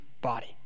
body